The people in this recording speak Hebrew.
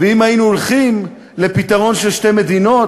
ואם היינו הולכים לפתרון של שתי מדינות,